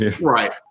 Right